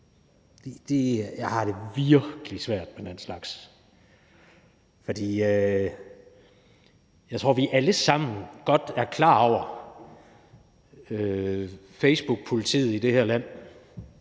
Jeg har det virkelig svært med den slags. Jeg tror, vi alle sammen er bevidst om facebookpolitiet i det her land,